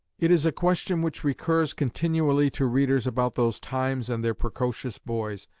it is a question which recurs continually to readers about those times and their precocious boys,